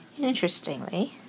Interestingly